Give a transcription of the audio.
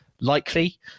likely